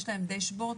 יש להם dashboard,